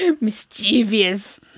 mischievous